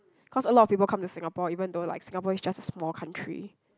cause a lot of people come to Singapore even though like Singapore is just a small country